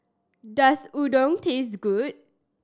does Udon taste good